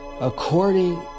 according